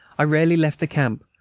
i rarely left the camp,